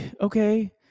okay